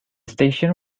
station